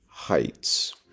heights